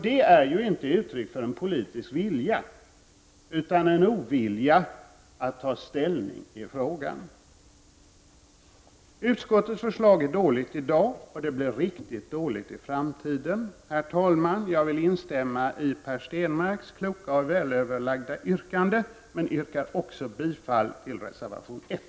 Detta är ju inte uttryck för en politisk vilja, utan en ovilja att ta ställning i frågan. Utskottets förslag är dåligt i dag, och det blir riktigt dåligt i framtiden. Herr talman! Jag vill instämma i Per Stenmarcks kloka och välöverlagda yrkande, och jag yrkar även bifall till reservation nr 1.